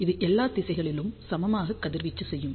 இது எல்லா திசைகளிலும் சமமாக கதிர்வீச்சு செய்யும்